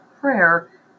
Prayer